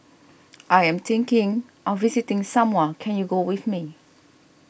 I am thinking of visiting Samoa can you go with me